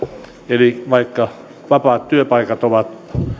eli vaikka vapaat työpaikat ovat